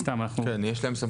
לא, אני מדבר עכשיו על המפעלים.